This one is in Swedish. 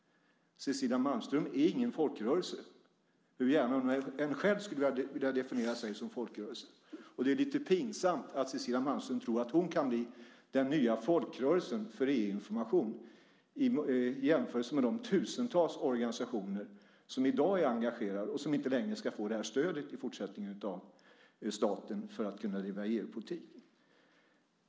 Cecilia Malmström är ingen folkrörelse, hur gärna hon själv än skulle vilja definiera sig som folkrörelse. Det är lite pinsamt att Cecilia Malmström tror att hon kan bli den nya folkrörelsen för EU-information, i jämförelse med de tusentals organisationer som i dag är engagerade och som inte längre ska få det här stödet av staten för att kunna driva EU-politik.